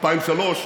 2003,